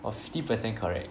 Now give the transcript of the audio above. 我 fifty percent correct